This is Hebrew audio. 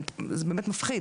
זה באמת מפחיד